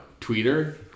Tweeter